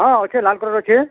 ହଁ ଅଛେ ଲାଲ୍ କଲର୍ ଅଛେ